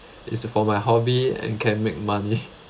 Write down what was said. it's for my hobby and can make money